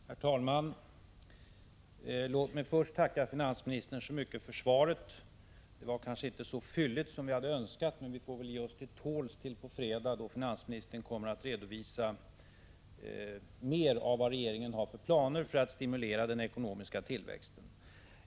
Herr talman! Låt mig först tacka finansministern så mycket för svaret. Det var kanske inte så fylligt som vi hade önskat, men vi får väl ge oss till tåls till på fredag, då finansministern kommer att redovisa mer av regeringens planer för att stimulera den ekonomiska tillväxten.